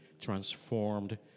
transformed